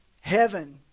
heaven